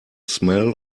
smell